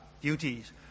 duties